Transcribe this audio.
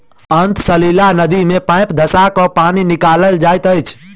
अंतः सलीला नदी मे पाइप धँसा क पानि निकालल जाइत अछि